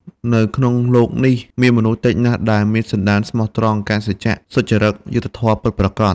នៅក្នុងលោកនេះ មានមនុស្សតិចណាស់ដែលមានសន្ដានស្មោះត្រង់ កាន់សច្ចៈ សុចរិត យុត្តិធម៌ ពិតប្រាកដ។